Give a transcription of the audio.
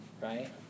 right